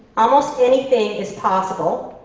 almost anything is possible,